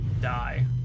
die